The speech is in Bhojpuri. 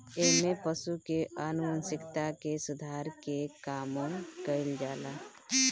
एमे पशु के आनुवांशिकता के सुधार के कामो कईल जाला